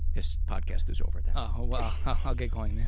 this podcast is over then. oh well, i'll get going then.